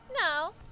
No